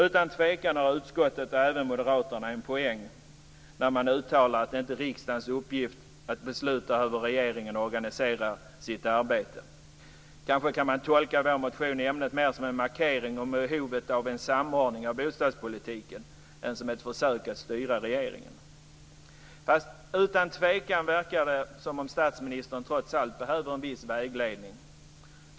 Utan tvivel har utskottet, och även Moderaterna, en poäng när man uttalar att det inte är riksdagens uppgift att besluta över hur regeringen organiserar sitt arbete. Kanske går det att tolka vår motion i ämnet mer som en markering om behovet av en samordning av bostadspolitiken än som ett försök att styra regeringen. Utan tvivel verkar det som om statsministern trots allt behöver en viss vägledning.